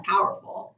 powerful